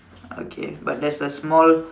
okay but there's a small